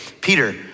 Peter